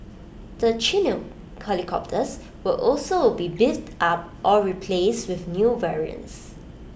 the Chinook helicopters will also be beefed up or replaced with new variants